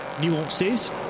nuances